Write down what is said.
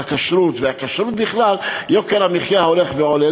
הכשרות והכשרות בכלל יוקר המחיה הולך ועולה.